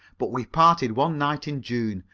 but we parted one night in june,